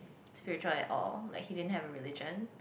spiritual at all like he didn't have a religion